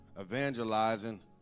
evangelizing